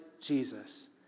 Jesus